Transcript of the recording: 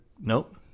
nope